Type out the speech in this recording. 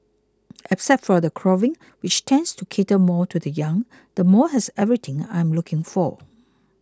except for the clothing which tends to cater more to the young the mall has everything I am looking for